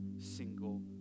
single